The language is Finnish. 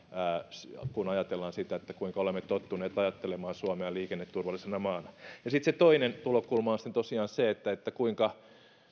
kun ajatellaan kuinka olemme tottuneet ajattelemaan suomea liikenneturvallisena maana sitten se toinen tulokulma on tosiaan se kuinka